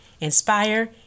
inspire